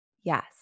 Yes